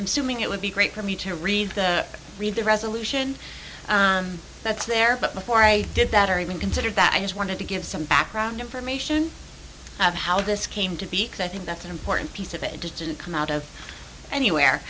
assuming it would be great for me to read and read the resolution that's there but before i did that or even considered that i just wanted to give some background information of how this came to be i think that's an important piece of it it didn't come out of anywhere